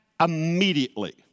immediately